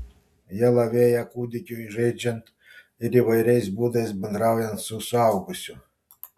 jie lavėja kūdikiui žaidžiant ir įvairiais būdais bendraujant su suaugusiu